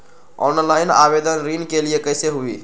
Online आवेदन ऋन के लिए कैसे हुई?